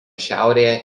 šiaurėje